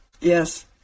Yes